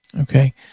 Okay